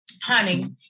honey